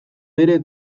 bere